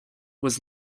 was